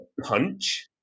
punch